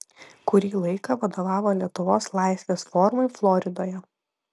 kurį laiką vadovavo lietuvos laisvės forumui floridoje